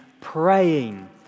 praying